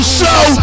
show